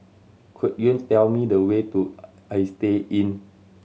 could you tell me the way to Istay Inn